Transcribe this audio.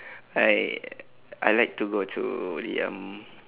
I I like to go to the um